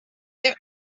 that